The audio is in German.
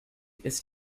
ist